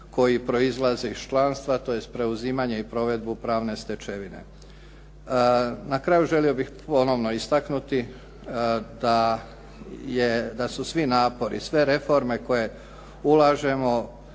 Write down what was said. koji proizlaze iz članstva tj. preuzimanje i provedbu pravne stečevine. Na kraju želio bih ponovno istaknuti da su svi napori, sve reforme koje ulažemo,